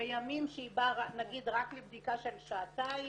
בימים שהיא באה, נגיד רק לבדיקה של שעתיים,